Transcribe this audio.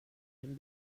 and